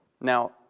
Now